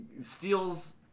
steals